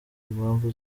impamvu